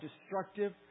destructive